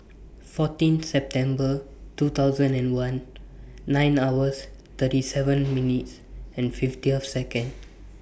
fourteen September two thousand and one nine hours thirty seven minutes fifty of Seconds